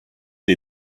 des